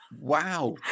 Wow